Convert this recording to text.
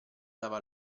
dava